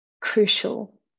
crucial